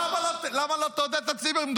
למה שלא תעודד את הצימרים?